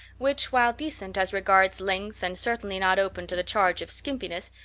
which, while decent as regards length and certainly not open to the charge of skimpiness,